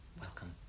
welcome